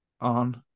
on